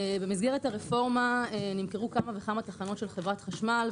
במסגרת הרפורמה נמכרו כמה וכמה תחנות של חברת החשמל,